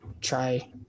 try